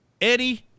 Eddie